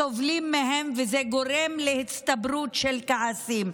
סובלים מהם, וזה גורם להצטברות של כעסים.